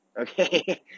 okay